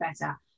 better